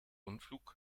rundflug